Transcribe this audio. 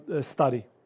study